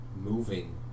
Moving